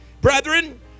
brethren